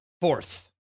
fourth